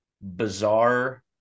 bizarre